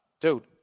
dude